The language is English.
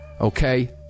Okay